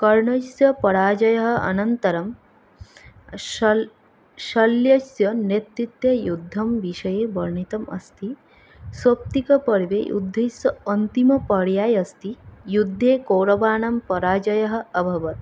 कर्णस्य पराजयः अनन्तरं शल् शल्यस्य नेतृत्वे युद्धं विषये वर्णितम् अस्ति सौप्तिकपर्वे युद्धस्य अन्तिमपर्याय अस्ति युद्धे कौरवानां पराजयः अभवत्